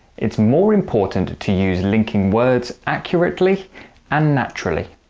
it's more important to use linking words accurately and naturally.